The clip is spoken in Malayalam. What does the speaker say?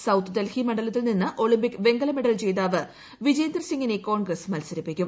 സൌത്ത് ഡൽഹി മണ്ഡലത്തിൽ നിന്ന് ഒളിമ്പിക് വെങ്കല മെഡൽ ജേതാവ് വിജേന്ദർ സിങ്ങിനെ കോൺഗ്രസ് മത്സരിപ്പിക്കും